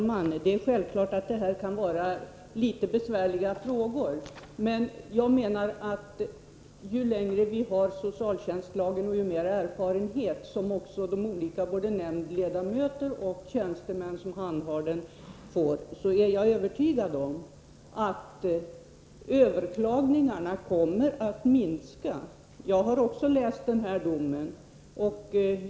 Fru talman! Självfallet kan det röra sig om besvärliga frågor. Men jag är övertygad om att ju längre socialtjänstlagen varit i kraft och ju mer erfarenhet av den nämndledamöter och tjänstemän får, desto färre kommer överklagandena att bli. Också jag har läst den dom som Rosa Östh hänvisar till.